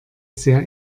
sehr